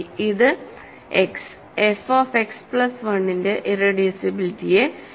ഇത് x f of x plus 1 ന്റെ ഇറെഡ്യൂസിബിലിറ്റിയെ ലംഘിക്കുന്നു